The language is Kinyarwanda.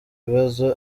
bibazo